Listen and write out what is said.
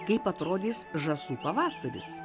kaip atrodys žąsų pavasaris